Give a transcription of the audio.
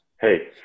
Hey